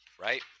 Right